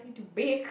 me to bake